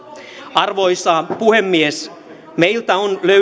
arvoisa puhemies meiltä on